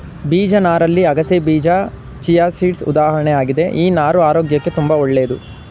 ಬೀಜ ನಾರಲ್ಲಿ ಅಗಸೆಬೀಜ ಚಿಯಾಸೀಡ್ಸ್ ಉದಾಹರಣೆ ಆಗಿದೆ ಈ ನಾರು ಆರೋಗ್ಯಕ್ಕೆ ತುಂಬಾ ಒಳ್ಳೇದು